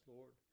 Lord